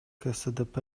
ксдп